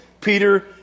Peter